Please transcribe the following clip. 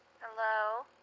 Hello